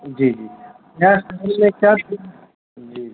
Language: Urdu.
جی جی کیا جی